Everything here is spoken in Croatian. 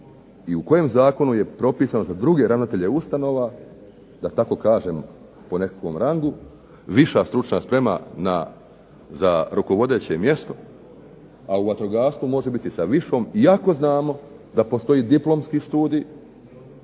i u kojem zakonu je propisano za druge ravnatelje ustanova, da tako kažem po nekakvom rangu, viša stručna sprema za rukovodeće mjesto, a u vatrogastvu može biti sa višom iako znamo da postoji diplomski studij